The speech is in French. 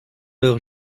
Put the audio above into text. leurs